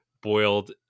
boiled